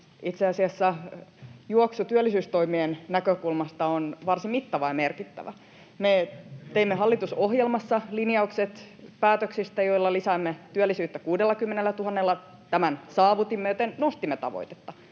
juoksu työllisyystoimien näkökulmasta on varsin mittava ja merkittävä. Me teimme hallitusohjelmassa linjaukset päätöksistä, joilla lisäämme työllisyyttä 60 000:lla, ja tämän saavutimme, joten nostimme tavoitetta